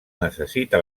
necessita